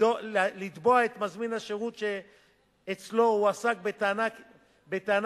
לתבוע את מזמין השירות שאצלו הועסק בטענה